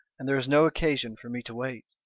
and there is no occasion for me to wait.